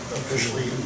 officially